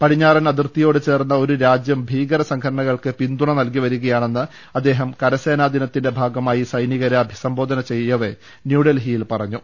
പടിഞ്ഞാറൻ അതിർത്തിയോട് ചേർന്ന ഒരു രാജ്യം ഭീകര സംഘടന കൾക്ക് പിന്തുണ നൽകിവരികയാണെന്ന് അദ്ദേഹം കര സേ നാദിനത്തിന്റെ ഭാഗമായി സൈനികരെ അഭി സം ബോധന ചെയ്യവെ ന്യൂഡൽഹി യിൽ പറഞ്ഞു